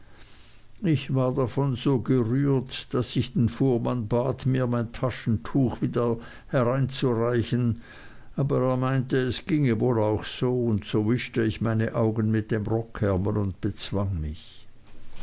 ich war davon so gerührt daß ich den fuhrmann bat mir wieder mein taschentuch hereinzureichen aber er meinte es ginge wohl auch so und so wischte ich meine augen mit dem rockärmel und bezwang mich